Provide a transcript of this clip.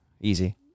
Easy